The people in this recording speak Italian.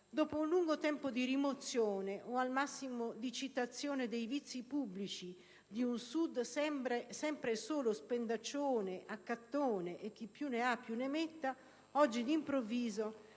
Dopo un lungo tempo di rimozione o al massimo di citazione dei vizi pubblici di un Sud sempre e solo spendaccione, accattone, e chi più ne ha più ne metta, oggi d'improvviso